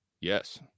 Yes